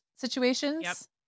Situations